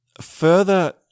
further